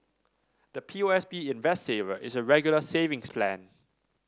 the P O S B Invest Saver is a Regular Savings Plan